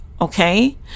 okay